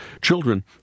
Children